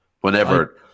Whenever